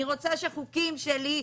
אני רוצה שהחוקים שלי,